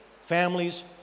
families